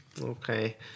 Okay